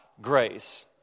grace